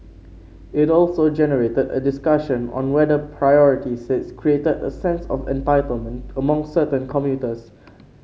it also generated a discussion on whether priority seats created a sense of entitlement among certain commuters